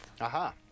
Aha